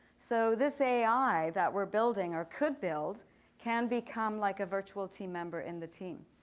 so this ai that we're building or could build can become like a virtual team member in the team.